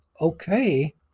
okay